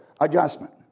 adjustment